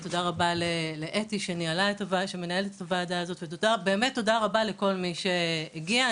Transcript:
תודה רבה לאתי שמנהלת את הוועדה הזאת ובאמת תודה רבה לכל מי שהגיע,